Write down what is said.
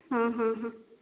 हां हां हां